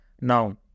now